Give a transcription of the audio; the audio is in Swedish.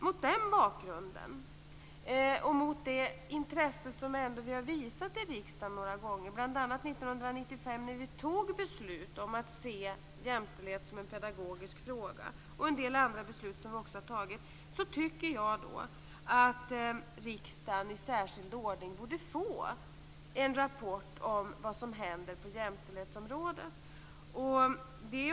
Mot den bakgrunden och med tanke på det intresse som vi har visat några gånger i riksdagen, bl.a. när vi 1995 tog beslut om att se jämställdhet som en pedagogisk fråga men också genom en del andra beslut som fattats, tycker jag att riksdagen i särskild ordning borde få en rapport om vad som händer på jämställdhetsområdet.